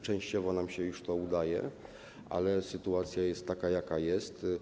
Częściowo nam się już to udaje, ale sytuacja jest taka, jaka jest.